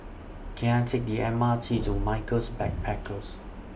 Can I Take The M R T to Michaels Backpackers